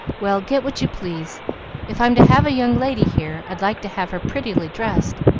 well, get what you please if i'm to have a young lady here, i'd like to have her prettily dressed.